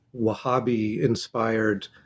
Wahhabi-inspired